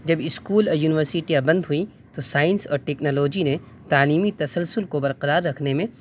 جب اسکول اور یونیورسٹیاں بند ہوئیں تو سائنس اور ٹیکنالوجی نے تعلیمی تسلسل کو برقرار رکھنے میں